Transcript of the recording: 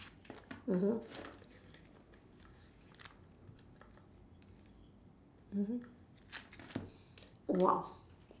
mmhmm mmhmm !wow!